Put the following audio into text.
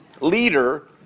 leader